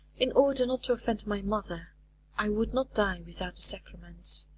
in order not to offend my mother i would not die without the sacraments,